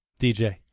DJ